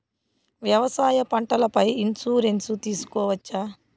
వ్యవసాయ పంటల పై ఇన్సూరెన్సు తీసుకోవచ్చా?